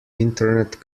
internet